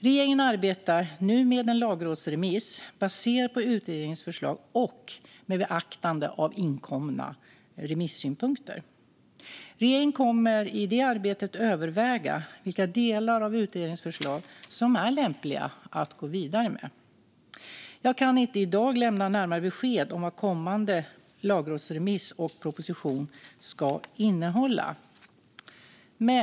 Regeringen arbetar nu med en lagrådsremiss baserad på utredningens förslag och med beaktande av inkomna remissynpunkter. Regeringen kommer i det arbetet att överväga vilka delar av utredningens förslag som är lämpliga att gå vidare med. Jag kan inte i dag lämna närmare besked om vad kommande lagrådsremiss och proposition ska innehålla.